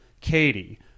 Katie